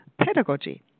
pedagogy